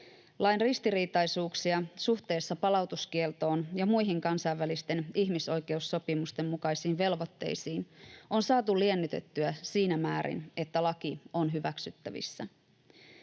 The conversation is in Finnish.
Lain ristiriitaisuuksia suhteessa palautuskieltoon ja muihin kansainvälisten ihmisoikeussopimusten mukaisiin velvoitteisiin on saatu liennytettyä siinä määrin, että laki on hyväksyttävissä.